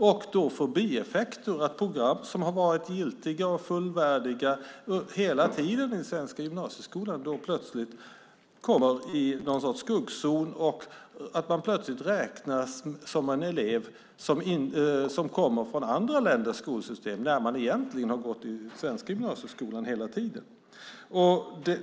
Det blir bieffekter att program som hela tiden har varit giltiga och fullvärdiga i den svenska gymnasieskolan plötsligt kommer i någon sorts skuggzon, och plötsligt betraktas eleven som någon som kommer från andra länders skolsystem när eleven egentligen hela tiden har gått i den svenska gymnasieskolan.